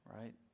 right